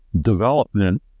development